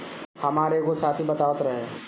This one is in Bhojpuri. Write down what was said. हामार एगो साथी बतावत रहे